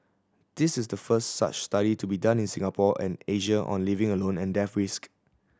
this is the first such study to be done in Singapore and Asia on living alone and death risk